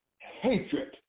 hatred